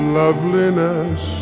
loveliness